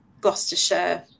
Gloucestershire